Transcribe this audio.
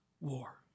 war